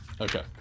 okay